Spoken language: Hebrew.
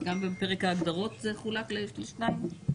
גם בפרק ההגדרות זה חולק לשניים?